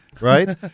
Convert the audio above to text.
right